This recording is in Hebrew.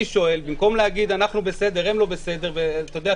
מה שאני שואל במקום להגיד אנחנו בסדר והם לא בסדר ואתה יודע,